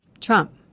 Trump